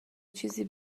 چیزی